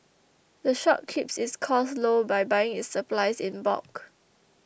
the shop keeps its costs low by buying its supplies in bulk